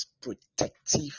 protective